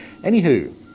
Anywho